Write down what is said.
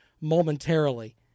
momentarily